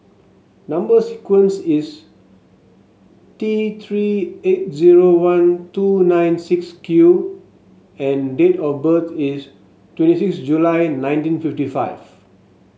number sequence is T Three eight zero one two nine six Q and date of birth is twenty six July nineteen fifty five